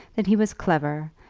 that he was clever,